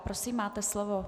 Prosím, máte slovo.